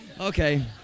Okay